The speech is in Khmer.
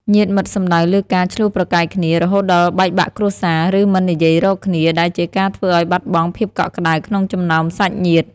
ញាតិមិត្តសំដៅលើការ ឈ្លោះប្រកែកគ្នា រហូតដល់បែកបាក់គ្រួសារ ឬមិននិយាយរកគ្នា ដែលជាការធ្វើឲ្យបាត់បង់ភាពកក់ក្តៅក្នុងចំណោមសាច់ញាតិ។